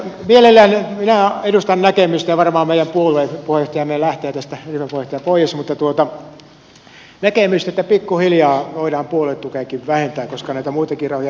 mielellään minä edustan näkemystä ja varmaan meidän puolueen ryhmäpuheenjohtaja lähtee tästä pois että pikkuhiljaa voidaan puoluetukeakin vähentää koska näitä muitakin rahoja näkyy saatavan